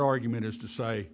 rgument is to say